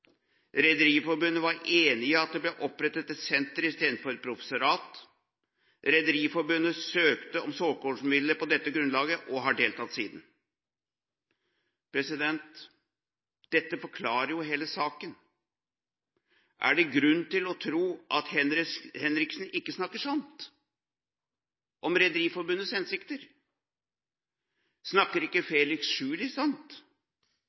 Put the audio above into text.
Rederiforbundet var enig i at det ble opprettet et senter i stedet for et professorat. Rederiforbundet søkte om såkornmidler på dette grunnlaget og har deltatt siden. Dette forklarer jo hele saken. Er det grunn til å tro at Henriksen ikke snakker sant om Rederiforbundets hensikter? Snakker ikke Felix Tschudi sant?